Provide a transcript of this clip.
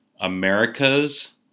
America's